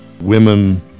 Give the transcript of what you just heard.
Women